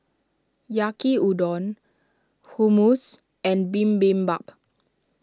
Yaki Udon Hummus and Bibimbap